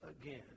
again